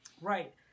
Right